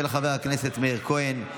של חבר הכנסת מאיר כהן.